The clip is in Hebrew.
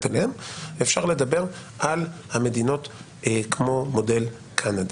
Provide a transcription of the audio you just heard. אליהן אלא אפשר לדבר על המדינות כמו מודל קנדה.